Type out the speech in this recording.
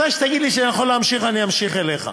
מתי שתגיד לי שאני יכול להמשיך, אני אמשיך אליך.